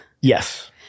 yes